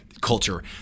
culture